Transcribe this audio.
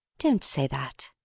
don't say that.